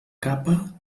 capa